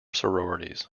sororities